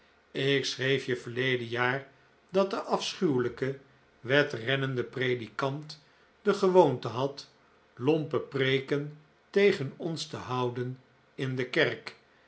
ik schreef je verleden jaar dat de afschuwelijke wedrennende predikant de gewoonte had lompe preeken tegen ons te houden in de kerk